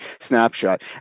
snapshot